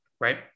Right